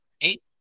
Eight